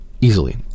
easily